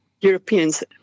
Europeans